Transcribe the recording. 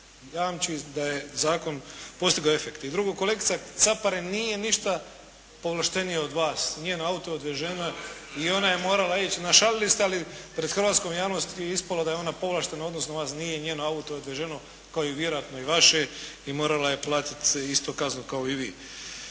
jamči da je zakon postigao efekt. I drugo kolegica Caparin nije ništa povlaštenija od vas, nije na auto odvežena i ona je morala ići, našalili ste, ali pred hrvatskom javnosti je ispalo da je ona povlaštena, odnosno nije njeno auto odveženo kao i vjerojatno vaše i morala je platiti isto kaznu kao i vi.